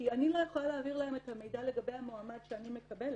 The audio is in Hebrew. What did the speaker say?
כי אני לא יכולה להעביר להם את המידע לגבי המועמד שאני מקבלת.